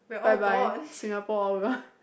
bye bye Singapore over